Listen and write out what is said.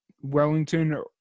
wellington